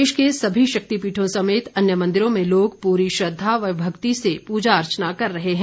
प्रदेश के सभी शक्तिपीठों समेत अन्य मंदिरों में लोग पूरी श्रद्वा व भक्ति से पूजा अर्चना कर रहे हैं